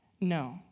No